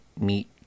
meat